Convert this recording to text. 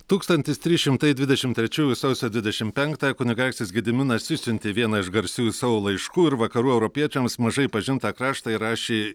tūkstantis trys šimtai dvidešim trečiųjų sausio dvidešim penktąją kunigaikštis gediminas išsiuntė vieną iš garsiųjų savo laiškų ir vakarų europiečiams mažai pažintą kraštą įrašė